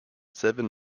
seven